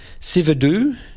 Sivadu